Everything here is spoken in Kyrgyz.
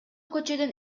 көчөдөн